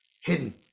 Hidden